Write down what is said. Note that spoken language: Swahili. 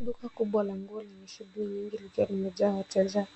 Duka kubwa la nguo lenye shughuli nyingi likiwa limejaa wateja